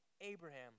Abraham